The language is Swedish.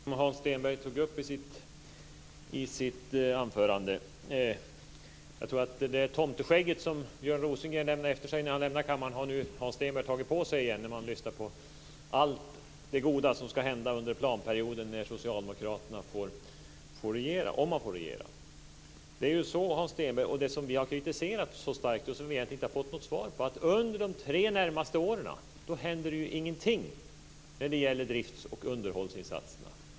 Fru talman! Jag ska kort ta upp några saker som Hans Stenberg tog upp i sitt anförande. Jag tror att Hans Stenberg nu har tagit på sig det där tomteskägget som Björn Rosengren lämnade efter sig när han gick ifrån kammaren. Det låter så när man lyssnar på allt det goda som ska hända under planperioden när Socialdemokraterna får regera - om de får regera. Det som vi har kritiserat så starkt och som vi egentligen inte har fått något svar på är att det under de tre närmaste åren inte händer någonting när det gäller drifts och underhållsinsatserna.